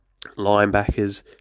linebackers